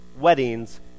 weddings